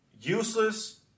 useless